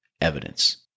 evidence